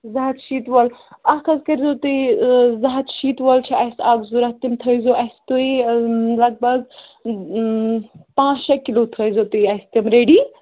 زٕ ہَتھ شیٖت وول اَکھ حظ کٔرۍ زیٚو تُہۍ زٕ ہَتھ شیٖت وول چھِ اَسہِ اَکھ ضوٚرَتھ تِم تھٲیزیٚو اَسہِ تُہۍ لگ بگ پانٛژھ شےٚ کِلوٗ تھٲیزیٚو تُہۍ اَسہِ تِم رَیٚڈِی